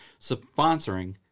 sponsoring